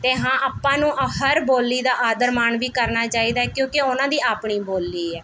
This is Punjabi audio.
ਅਤੇ ਹਾਂ ਆਪਾਂ ਨੂੰ ਅ ਹਰ ਬੋਲੀ ਦਾ ਆਦਰ ਮਾਣ ਵੀ ਕਰਨਾ ਚਾਹੀਦਾ ਹੈ ਕਿਉਂਕਿ ਉਹਨਾਂ ਦੀ ਆਪਣੀ ਬੋਲੀ ਹੈ